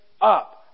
up